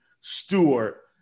Stewart